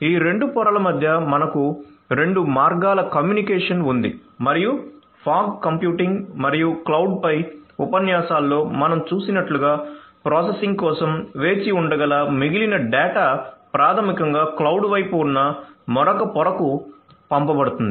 ఈ రెండు పొరల మధ్య మనకు రెండు మార్గాల కమ్యూనికేషన్ ఉంది మరియు ఫాగ్ కంప్యూటింగ్ మరియు క్లౌడ్ పై ఉపన్యాసాలలో మనం చూసినట్లుగా ప్రాసెసింగ్ కోసం వేచి ఉండగల మిగిలిన డేటా ప్రాథమికంగా క్లౌడ్ వైపు ఉన్న మరొక పొరకు పంపబడుతుంది